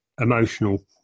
emotional